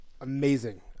amazing